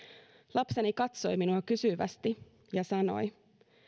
lapseni katsoi minua kysyvästi ja sanoi